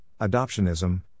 Adoptionism